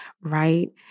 right